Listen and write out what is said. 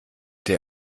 der